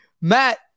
Matt